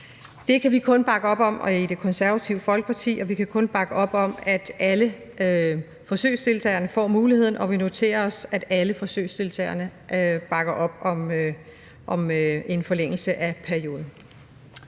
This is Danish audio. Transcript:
Det kan vi kun bakke op om i Det Konservative Folkeparti, og vi kan kun bakke op om, at alle forsøgsdeltagerne får muligheden, og vi noterer os, at alle forsøgsdeltagerne bakker op om en forlængelse af perioden.